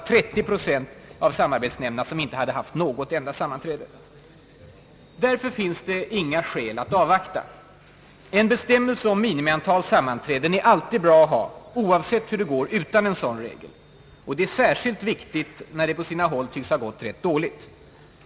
Därför finns det inga skäl att här avvakta. En bestämmelse om minimiantal sammanträden är alltid bra att ha, oavsett hur det går utan en sådan regel. Och det är särskilt viktigt eftersom det på sina håll tycks ha gått ganska dåligt.